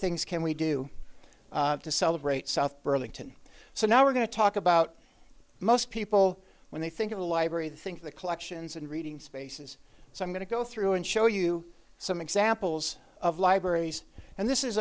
things can we do to celebrate south burlington so now we're going to talk about most people when they think of the library think the collections and reading spaces so i'm going to go through and show you some examples of libraries and this is